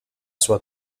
sua